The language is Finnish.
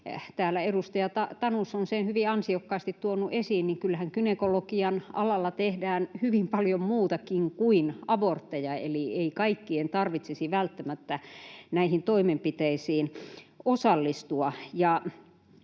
edustaja Tanus on sen hyvin ansiokkaasti tuonut esiin, kyllähän gynekologian alalla tehdään hyvin paljon muutakin kuin abortteja, eli ei kaikkien tarvitsisi välttämättä näihin toimenpiteisiin osallistua.